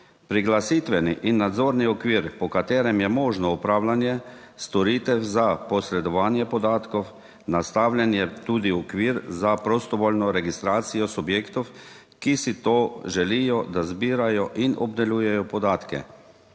Priglasitveni in nadzorni okvir, po katerem je možno opravljanje storitev za posredovanje podatkov, nastavljen je tudi okvir za prostovoljno registracijo subjektov, ki si to želijo, da zbirajo in obdelujejo podatke.